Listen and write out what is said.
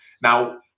Now